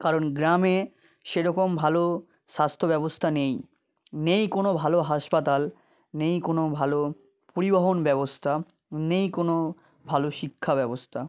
কারণ গ্রামে সেরকম ভালো স্বাস্থ্য ব্যবস্থা নেই নেই কোনো ভালো হাসপাতাল নেই কোনো ভালো পরিবহণ ব্যবস্থা নেই কোনো ভালো শিক্ষা ব্যবস্থা